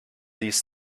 these